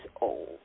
old